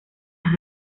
las